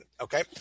Okay